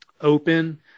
open